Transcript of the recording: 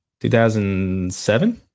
2007